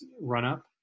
run-up